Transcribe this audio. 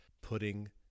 putting